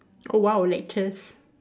oh !wow! lectures